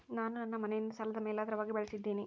ನಾನು ನನ್ನ ಮನೆಯನ್ನ ಸಾಲದ ಮೇಲಾಧಾರವಾಗಿ ಬಳಸಿದ್ದಿನಿ